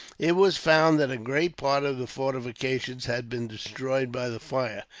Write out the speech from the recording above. it was found that a great part of the fortifications had been destroyed by the fire,